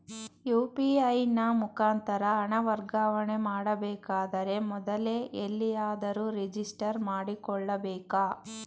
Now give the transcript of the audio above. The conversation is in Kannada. ಯು.ಪಿ.ಐ ನ ಮುಖಾಂತರ ಹಣ ವರ್ಗಾವಣೆ ಮಾಡಬೇಕಾದರೆ ಮೊದಲೇ ಎಲ್ಲಿಯಾದರೂ ರಿಜಿಸ್ಟರ್ ಮಾಡಿಕೊಳ್ಳಬೇಕಾ?